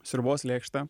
sriubos lėkštę